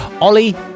Ollie